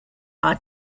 are